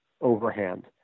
overhand